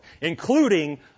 including